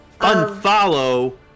Unfollow